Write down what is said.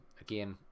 again